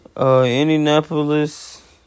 Indianapolis